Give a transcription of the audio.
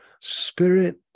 spirit